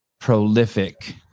prolific